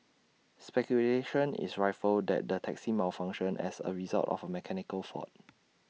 speculation is rife that the taxi malfunctioned as A result of A mechanical fault